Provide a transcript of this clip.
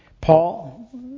Paul